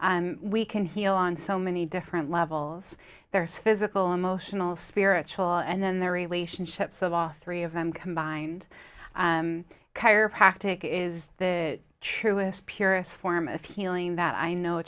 we can heal on so many different levels there's physical emotional spiritual and then their relationships the last three of them combined chiropractic is the truest purest form a feeling that i know